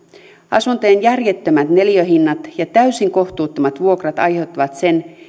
asuntojen järjettömät neliöhinnat ja täysin kohtuuttomat vuokrat aiheuttavat sen